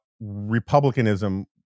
republicanism